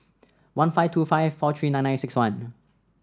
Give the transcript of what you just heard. one five two five four three nine nine six one